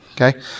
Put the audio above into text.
Okay